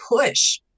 push